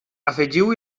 afegiu